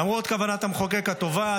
למרות כוונת המחוקק הטובה,